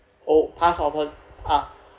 oh past open uh